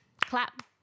clap